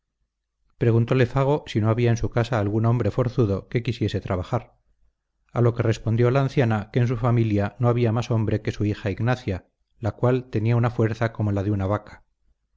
triunfante preguntole fago si no había en su casa algún hombre forzudo que quisiese trabajar a lo que respondió la anciana que en su familia no había más hombre que su hija ignacia la cual tenía una fuerza como la de una vaca